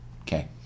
Okay